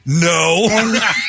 No